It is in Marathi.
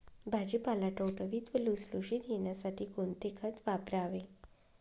भाजीपाला टवटवीत व लुसलुशीत येण्यासाठी कोणते खत वापरावे?